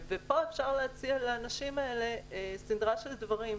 ופה אפשר להציע לאנשים האלה סדרה של דברים,